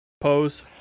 pose